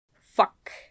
Fuck